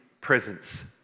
presence